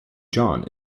john